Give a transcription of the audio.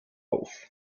auf